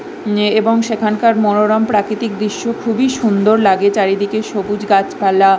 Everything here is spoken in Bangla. এবং সেখানকার মনোরম প্রাকৃতিক দৃশ্য খুবই সুন্দর লাগে চারিদিকে সবুজ গাছপালা